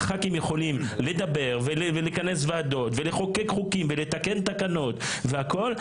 הח"כים יכולים לדבר ולכנס ועדות ולחוקק חוקים ולתקן תקנות והכול,